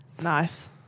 Nice